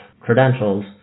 credentials